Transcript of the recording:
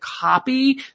copy